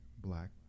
black